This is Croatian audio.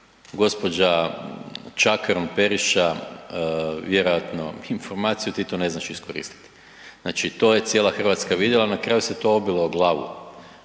gđa. Čakarun Periša vjerojatno informaciju ti to ne znaš iskoristiti, znači to je cijela RH vidjela, na kraju se to obilo o glavu,